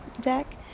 deck